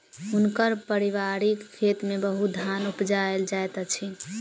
हुनकर पारिवारिक खेत में बहुत धान उपजायल जाइत अछि